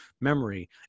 memory